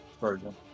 version